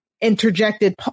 interjected